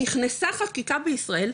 נכנסה חקיקה בישראל,